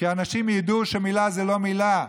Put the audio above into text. כי אנשים ידעו שמילה זו לא מילה.